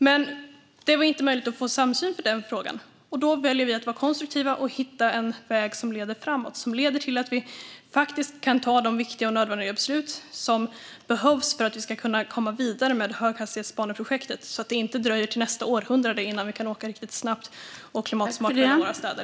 Men det var inte möjligt att få samsyn i den frågan, och då väljer vi att vara konstruktiva och hitta en väg som leder framåt och som leder till att vi kan ta de viktiga och nödvändiga beslut som behövs för att vi ska kunna komma vidare med höghastighetsbaneprojektet så att det inte dröjer till nästa århundrade innan vi kan åka riktigt snabbt och klimatsmart mellan våra städer.